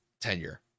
tenure